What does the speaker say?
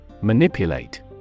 Manipulate